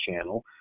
channel